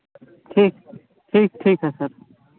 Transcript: ठीक ठीक ठीक है सर